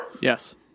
Yes